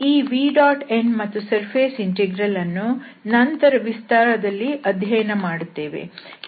ಈ vn ಮತ್ತು surface integral ಅನ್ನು ನಂತರ ವಿಸ್ತಾರದಲ್ಲಿ ಅಧ್ಯಯನ ಮಾಡುತ್ತೇವೆ